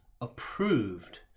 approved